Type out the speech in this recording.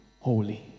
holy